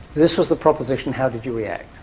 this was the proposition, how did you react?